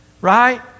Right